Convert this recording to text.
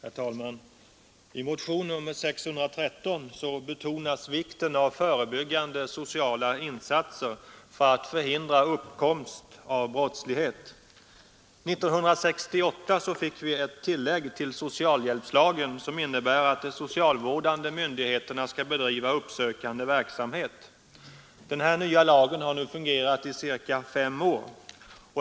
Herr talman! I motion nr 613 betonas vikten av förebyggande sociala insatser för att förhindra uppkomst av brottslighet. År 1968 fick vi ett tillägg till socialhjälpslagen som innebär att de socialvårdande myndigheterna skall bedriva uppsökande verksamhet. Den nya lagen har nu fungerat i cirka fem år.